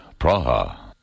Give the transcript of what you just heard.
Praha